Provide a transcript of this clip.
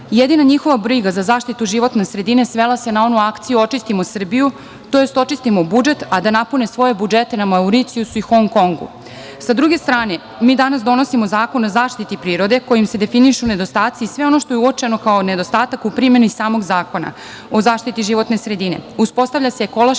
Jedina njihova briga za zaštitu životne sredine svela se na onu akciju „Očistimo Srbiju“, tj. očistimo budžet, a da napune svoje budžete na Mauricijusu i Hong Kongu. Sa druge strane, mi danas donosimo Zakon o zaštiti prirode kojim se definišu nedostaci i sve ono što je uočeno kao nedostatak u primeni samog Zakona o zaštiti životne sredine.